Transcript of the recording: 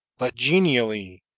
but genially,